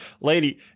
Lady